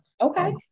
Okay